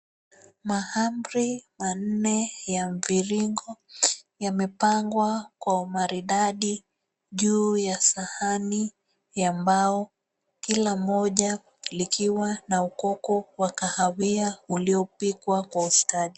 Mahamri manne ya mviringo yamepangwa kwa umaridadi juu ya sahani ya mbao kila moja likiwa na ukoko wa kahawia uliopikwa kwa ustadi.